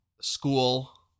school